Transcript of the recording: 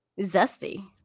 Zesty